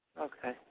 Okay